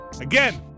again